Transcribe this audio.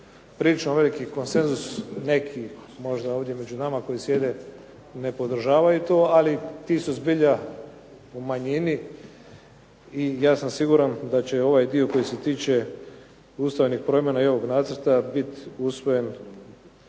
priča o veliki konsenzus, neki možda ovdje među nama koji sjede ne podržavaju to. Ali ti su zbilja u manjini i ja sam siguran da će ovaj dio koji se tiče ustavnih promjena i ovog nacrta biti usvojen